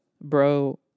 Bro